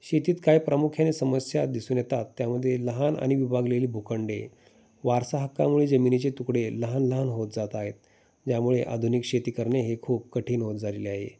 शेतीत काय प्रामुख्याने समस्या दिसून येतात त्यामध्ये लहान आणि विभागलेली भूखंडे वारसा हक्कामुळे जमिनीचे तुकडे लहान लहान होत जात आहेत ज्यामुळे आधुनिक शेती करणे हे खूप कठीण होत झालेले आहे